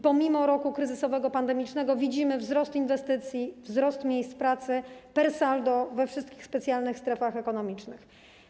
Pomimo roku kryzysowego, pandemicznego widzimy wzrost inwestycji, wzrost miejsc pracy per saldo we wszystkich specjalnych strefach ekonomicznych.